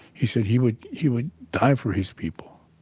he said, he would he would die for his people.